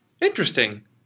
Interesting